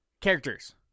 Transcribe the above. Characters